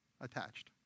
attached